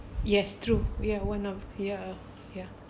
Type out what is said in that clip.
yes true we have one of ya ya